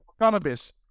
Cannabis